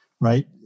right